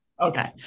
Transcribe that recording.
Okay